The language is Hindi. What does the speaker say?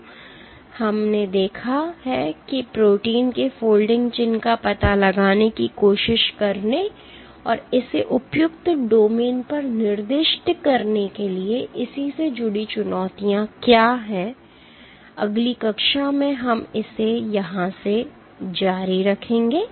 इसलिए हमने देखा है कि प्रोटीन के फोल्डिंग चिन्ह का पता लगाने की कोशिश करने और इसे उपयुक्त डोमेन पर निर्दिष्ट करने के लिए इसे से जुड़ी चुनौतियाँ क्या हैं अगली कक्षा में हम इसे यहाँ से जारी रखेंगे